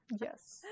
Yes